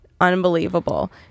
unbelievable